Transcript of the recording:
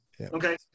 okay